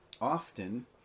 Often